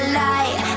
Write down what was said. light